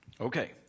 okay